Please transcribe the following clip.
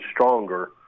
stronger